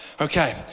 Okay